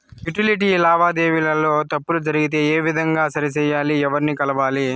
Utility లావాదేవీల లో తప్పులు జరిగితే ఏ విధంగా సరిచెయ్యాలి? ఎవర్ని కలవాలి?